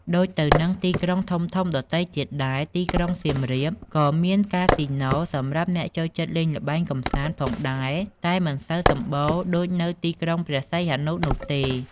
ដូចទៅនឹងទីក្រុងធំៗដទៃទៀតដែរ ទីក្រុងសៀមរាបក៏មានកាស៊ីណូសម្រាប់អ្នកចូលចិត្តលេងល្បែងកម្សាន្តផងដែរតែមិនសូវសម្បូរដូចនៅទីក្រុងព្រះសីហនុនោះទេ ។